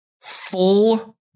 full